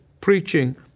preaching